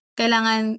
kailangan